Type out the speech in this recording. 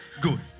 Good